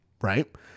right